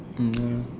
mm ya